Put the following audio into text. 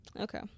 Okay